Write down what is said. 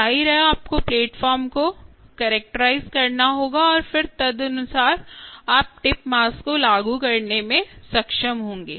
जाहिर है आपको प्लेटफ़ॉर्म को कैरेक्टराइज़ करना होगा और फिर तदनुसार आप टिप मास को लागू करने में सक्षम होंगे